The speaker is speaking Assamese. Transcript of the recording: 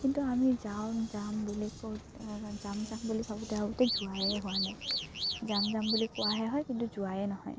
কিন্তু আমি যাম যাম বুলি কওঁতে যাম যাম বুলি ভাবোঁতে ভাবোঁতে যোৱাই হোৱা নাই যাম যাম বুলি কোৱাহে হয় কিন্তু যোৱাই নহয়